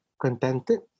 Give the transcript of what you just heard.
contented